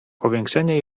powiększenie